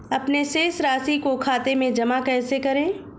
अपने शेष राशि को खाते में जमा कैसे करें?